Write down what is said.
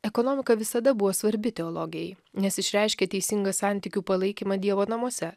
ekonomika visada buvo svarbi teologijai nes išreiškia teisingą santykių palaikymą dievo namuose